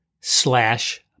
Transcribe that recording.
slash